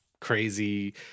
crazy